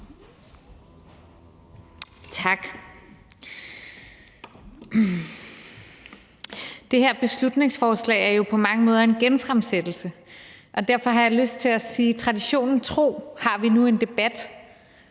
Tak. Det her beslutningsforslag er jo på mange måder en genfremsættelse, og derfor har jeg lyst til at sige, at traditionen tro har vi nu en debat